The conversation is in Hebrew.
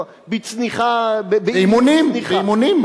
באימונים, באימונים.